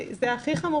שזה הכי חמור